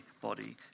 body